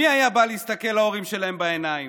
מי היה בא להסתכל להורים שלהם בעיניים?